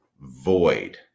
void